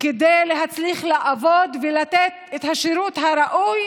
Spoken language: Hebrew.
כדי להצליח לעבוד ולתת את השירות הראוי